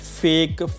fake